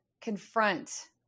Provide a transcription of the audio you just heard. confront